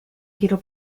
quiero